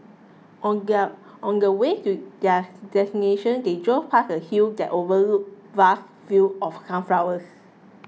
on their on the way to their destination they drove past a hill that overlooked vast fields of sunflowers